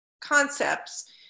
concepts